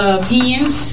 opinions